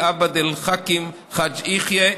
עבד אל חכים חאג' יחיא,